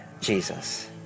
Jesus